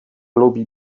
lubi